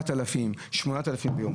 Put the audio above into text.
7,000 8,000 ביום.